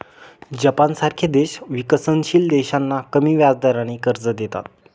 जपानसारखे देश विकसनशील देशांना कमी व्याजदराने कर्ज देतात